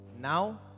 Now